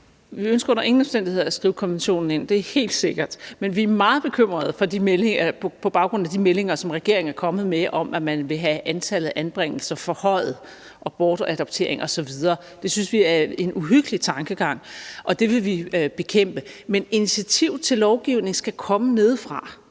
Vi ønsker under ingen omstændigheder at skrive konventionen ind – det er helt sikkert. Men vi er meget bekymret på baggrund af de meldinger, som regeringen er kommet med, om, at man vil have antallet af anbringelser og bortadopteringer osv. forhøjet. Det synes vi er en uhyggelig tankegang, og det vil vi bekæmpe. Men initiativ til lovgivning skal komme nedefra.